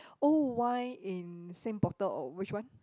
old wine in same bottle or which one